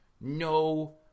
no